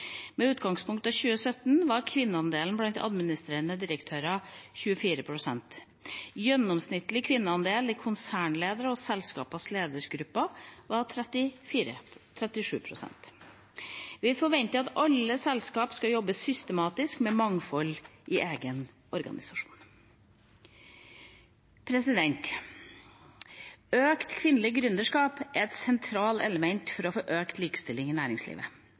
2017 var kvinneandelen blant administrerende direktører 24 pst. Gjennomsnittlig kvinneandel i konsernledelser og selskapers ledergrupper var 37 pst. Vi forventer at alle selskapene skal jobbe systematisk med mangfold i egen organisasjon. Økt kvinnelig gründerskap er et sentralt element for å få til økt likestilling i næringslivet.